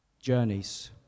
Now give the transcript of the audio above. journeys